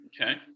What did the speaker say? Okay